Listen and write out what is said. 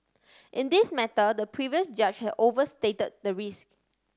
in this matter the previous judge have overstate the risk